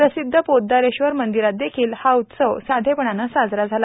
प्रसिद्ध पोद्दारेश्वर मंदिरात देखिल हा उत्सव साधेपनाने साजरा झाला